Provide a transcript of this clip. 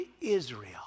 Israel